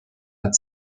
had